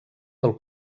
del